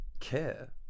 Care